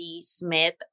Smith